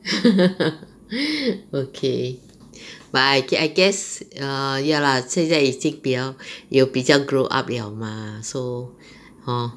okay but I I guess err ya lah 现在已经有比较 grow up liao mah so hor